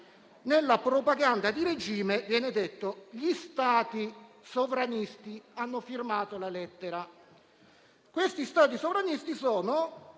Nella propaganda di regime viene detto che gli Stati sovranisti hanno firmato la lettera. Questi Stati sovranisti sono